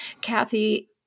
Kathy